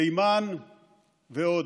תימן ועוד.